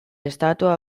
estatua